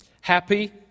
happy